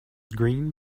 green